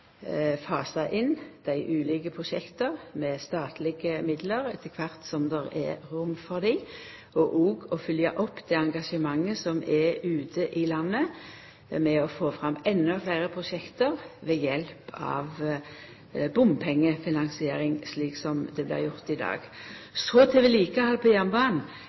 fasa inn dei ulike prosjekta med statlege midlar etter kvart som det er rom for dei, og òg å følgja opp det engasjementet som er ute i landet for å få fram endå fleire prosjekt ved hjelp av bompengefinansiering, slik ein gjer det i dag. Så til vedlikehald på jernbanen.